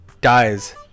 dies